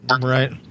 Right